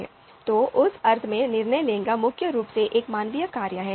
तो उस अर्थ में निर्णय लेना मुख्य रूप से एक मानवीय कार्य है